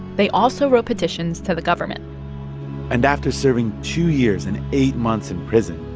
they also wrote petitions to the government and after serving two years and eight months in prison,